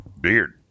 beard